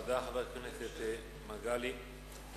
תודה, חבר הכנסת מגלי והבה.